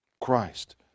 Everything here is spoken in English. Christ